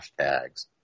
hashtags